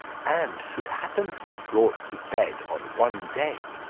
and should happen to be brought to bed on one day,